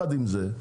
עם זאת,